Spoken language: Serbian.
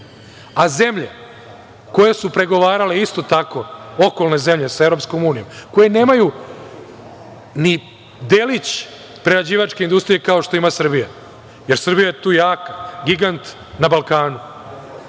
a zemlje koje su pregovarale isto tako, okolno zemlje sa EU, koje nemaju ni delić prerađivačke industrije kao što ima Srbija, jer Srbija je tu jaka, gigant na Balkanu,